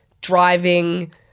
driving